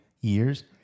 years